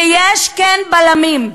ויש, כן, בלמים.